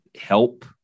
help